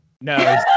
no